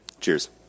cheers